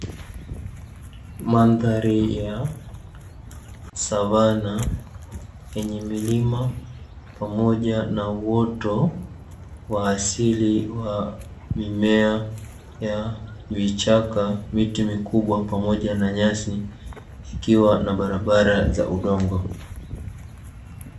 Mandhari ya savana yenye milima pamoja na uoto wa asili wa mimea ya vichaka, miti mikubwa pamoja na nyasi ikiwa na barabara za udongo.